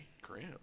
Graham